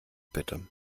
bitte